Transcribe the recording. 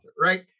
right